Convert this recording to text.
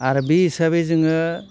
आरो बे हिसाबै जोङो